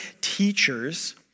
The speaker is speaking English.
teachers